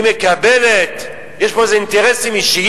היא מקבלת, יש פה איזה אינטרסים אישיים,